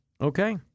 Okay